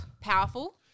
powerful